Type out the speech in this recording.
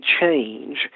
change